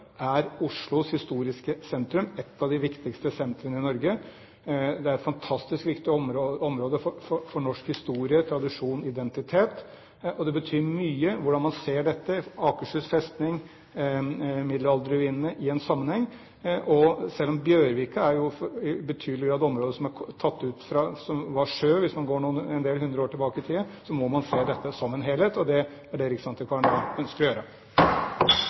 Oslos historiske sentrum, et av de viktigste sentrene i Norge. Det er et fantastisk viktig område for norsk historie, tradisjon og identitet, og det betyr mye hvordan man ser dette – Akershus festning, middelalderruinene – i en sammenheng. Og selv om Bjørvika i betydelig grad er et område som var sjø – hvis man går en del hundre år tilbake i tid – må man se dette som en helhet, og det er det riksantikvaren ønsker å gjøre.